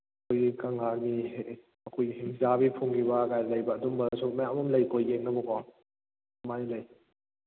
ꯑꯩꯈꯣꯏꯒꯤ ꯀꯪꯂꯥꯒꯤ ꯑꯩꯈꯣꯏꯒꯤ ꯍꯤꯡꯆꯥꯕꯤ ꯐꯨꯝꯈꯤꯕꯒ ꯂꯩꯕ ꯑꯗꯨꯒꯨꯝꯕ ꯃꯌꯥꯝ ꯑꯃ ꯂꯩꯀꯣ ꯌꯦꯡꯅꯕꯀꯣ ꯑꯗꯨꯃꯥꯏꯅ ꯂꯩ